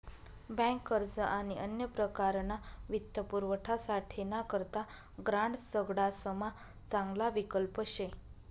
bank अर्ज आणि अन्य प्रकारना वित्तपुरवठासाठे ना करता ग्रांड सगडासमा चांगला विकल्प शे